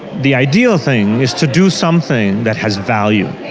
the ideal thing is to do something that has value,